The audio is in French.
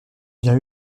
bien